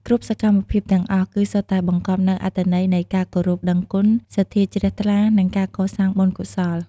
គ្រប់សកម្មភាពទាំងអស់ គឺសុទ្ធតែបង្កប់នូវអត្ថន័យនៃការគោរពដឹងគុណ សទ្ធាជ្រះថ្លា និងការកសាងបុណ្យកុសល។